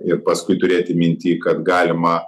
ir paskui turėti minty kad galima